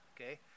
okay